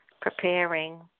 preparing